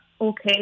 okay